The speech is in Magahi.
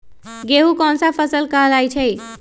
गेहूँ कोन सा फसल कहलाई छई?